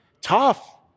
tough